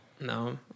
No